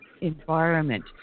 environment